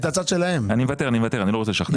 אני לא רוצה לשכנע.